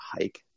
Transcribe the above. hike